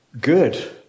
good